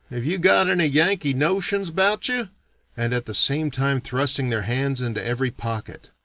have you got any yankee notions about you and at the same time thrusting their hands into every pocket.